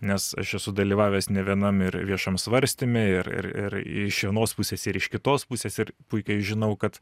nes aš esu dalyvavęs nevienam ir viešam svarstyme ir ir ir iš vienos pusės ir iš kitos pusės ir puikiai žinau kad